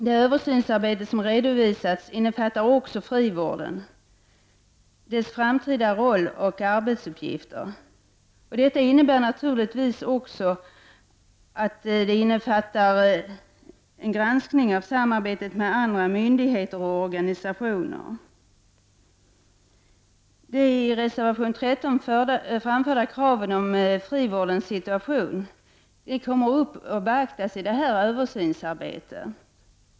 Det översynsarbete som redovisats innefattar också frivården, dess framtida roll och arbetsuppgifter. Detta innebär naturligtvis också en granskning av samarbetet med andra myndigheter och organisationer. De i reservation 13 framförda kraven när det gäller frivårdens situation beaktas i det pågående översynsarbetet.